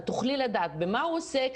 את תוכלי לדעת במה הוא עוסק,